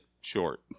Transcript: short